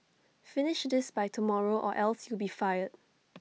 finish this by tomorrow or else you'll be fired